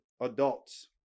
adults